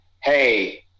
hey